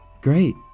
Great